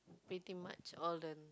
pretty much all the